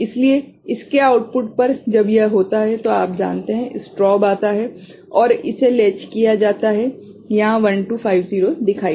इसलिए इसके आउटपुट पर जब यह होता है तो आप जानते हैं स्ट्रोब आता है और इसे लैच किया जाता है यहां 1250 दिखाई देगा